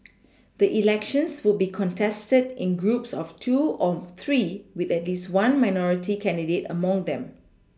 the elections would be contested in groups of two or three with at least one minority candidate among them